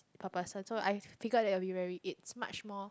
per person so I figured that it will be very it's much more